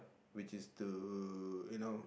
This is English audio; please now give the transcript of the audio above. which is to you know